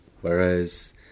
Whereas